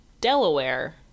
Delaware